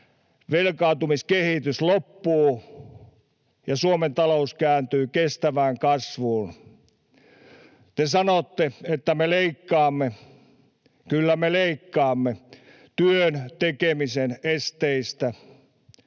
velkaantumiskehitys loppuu ja Suomen talous kääntyy kestävään kasvuun. Te sanotte, että me leikkaamme. Kyllä, me leikkaamme työn tekemisen esteistä.